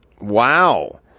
Wow